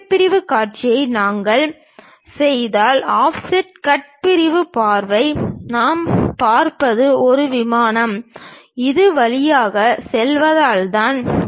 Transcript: வெட்டு பிரிவுக் காட்சியை நாங்கள் செய்தால் ஆஃப்செட் கட் பிரிவு பார்வை நாம் பார்ப்பது ஒரு விமானம் இதன் வழியாக செல்வதால் தான்